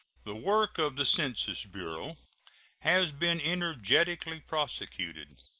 the work of the census bureau has been energetically prosecuted.